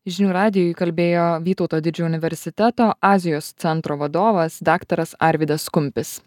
žinių radijui kalbėjo vytauto didžiojo universiteto azijos centro vadovas daktaras arvydas kumpis